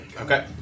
Okay